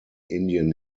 indian